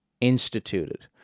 instituted